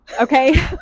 Okay